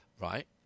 Right